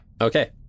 Okay